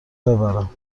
ببرم